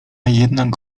jednak